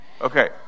Okay